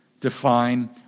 define